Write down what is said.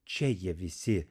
čia jie visi